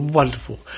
Wonderful